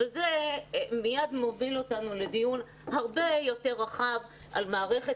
זה מיד מוביל אותנו לדיון הרבה יותר רחב על מערכת